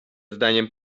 zdaniem